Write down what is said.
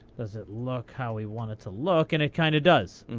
does it look how we want it to look? and it kind of does.